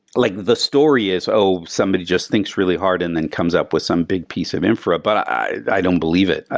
like the story is oh, somebody just thinks really hard and then comes up with some big piece of infra. but i i don't believe it.